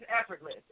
effortless